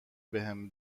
بهم